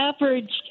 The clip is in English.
averaged